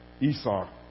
Esau